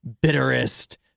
bitterest